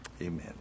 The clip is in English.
Amen